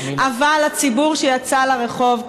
אבל הציבור שיצא לרחוב,